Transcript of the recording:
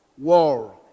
war